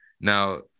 Now